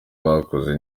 bakoze